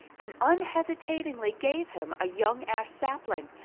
and unhesitatingly gave him a young ash sapling,